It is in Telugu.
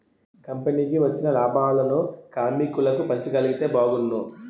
కంపెనీకి వచ్చిన లాభాలను కార్మికులకు పంచగలిగితే బాగున్ను